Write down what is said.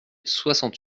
soixante